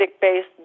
based